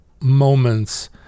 moments